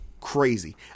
crazy